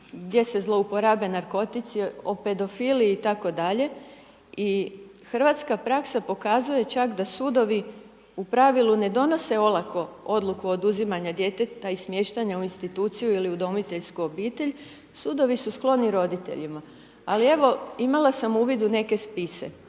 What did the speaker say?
gdje se zlouporabe narkotici, o pedofiliji, i tako dalje, i hrvatska praksa pokazuje čak da sudovi u pravilu ne donose olako odluku oduzimanja djeteta i smještaja u Instituciju ili udomiteljsku obitelj. Sudovi su skloni roditeljima. Ali evo, imala sam uvid u neke spise.